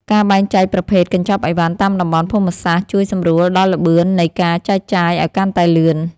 ការបែងចែកប្រភេទកញ្ចប់អីវ៉ាន់តាមតំបន់ភូមិសាស្ត្រជួយសម្រួលដល់ល្បឿននៃការចែកចាយឱ្យកាន់តែលឿន។